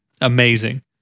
amazing